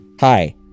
Hi